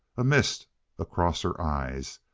a mist across her eyes.